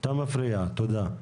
אתה מפריע, תודה.